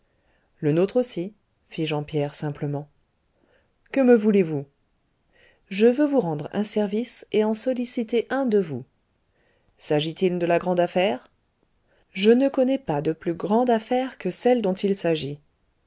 le nôtre aussi fit jean pierre simplement que me voulez-vous je veux vous rendre un service et en solliciter un de vous s'agit-il de la grande affaire je ne connais pas de plus grande affaire que celle dont il s'agit